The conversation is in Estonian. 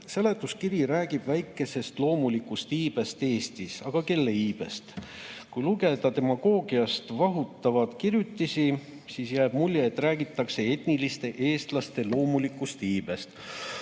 "Seletuskiri räägib väikesest loomulikust iibest Eestis. Aga kelle iibest? Kui lugeda demagoogiast vahutavaid kirjutisi, siis jääb mulje, et räägitakse etniliste eestlaste loomulikust iibest.